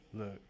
Look